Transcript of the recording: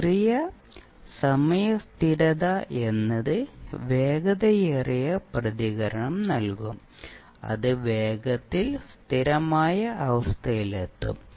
ചെറിയ സമയ സ്ഥിരത എന്നത് വേഗതയേറിയ പ്രതികരണം നൽകും അത് വേഗത്തിൽ സ്ഥിരമായ അവസ്ഥയിലെത്തും